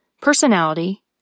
personality